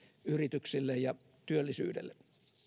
yrityksille ja työllisyydelle